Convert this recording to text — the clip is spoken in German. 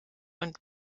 und